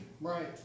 right